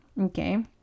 okay